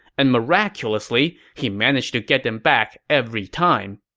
and miraculously, he managed to get them back every time.